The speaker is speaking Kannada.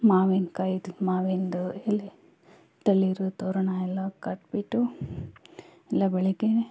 ಮಾವಿನ್ಕಾಯಿದು ಮಾವಿಂದು ಎಲೆ ತಳಿರು ತೋರಣ ಎಲ್ಲ ಕಟ್ಟಿಬಿಟ್ಟು ಎಲ್ಲ ಬೆಳಗ್ಗೆ